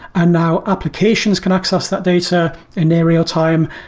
and now applications can access that data in aerial time.